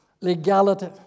Legality